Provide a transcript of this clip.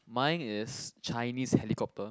mine is Chinese helicopter